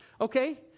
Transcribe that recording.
okay